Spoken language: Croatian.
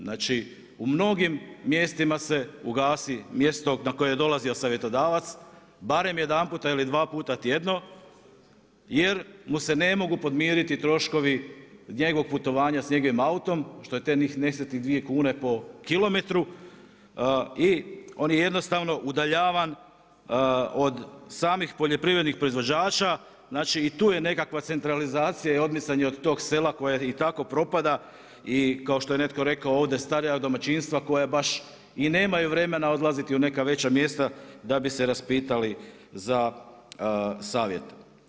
Znači, u mnogim mjestima se ugasi, mjesto na koje je dolazio savjetodavac barem jedanputa ili dvaputa tjedno jer mu se ne mogu podmiriti troškovi njegovog putovanja sa njegovim autom što je tih nesretnih 2 kune kilometru, i on je jednostavno udaljavan o samih poljoprivrednih proizvođača, znači i tu je nekakva centralizacija i odmicanje od tog sela koje i tako propada i kao što je netko i rekao ovdje, starija domaćinstva koja baš i nemaju vremena odlaziti u neka veća mjesta da bi se raspitali sa savjete.